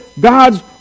God's